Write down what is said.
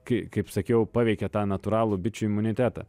kai kaip sakiau paveikia tą natūralų bičių imunitetą